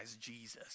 Jesus